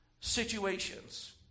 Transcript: situations